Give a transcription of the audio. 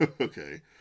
Okay